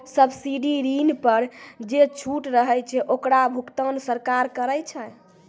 subsidy ऋण पर जे छूट रहै छै ओकरो भुगतान सरकार करै छै